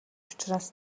учраас